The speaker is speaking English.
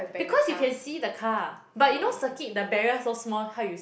because you can see the car but you know circuit the barrier so small how you s~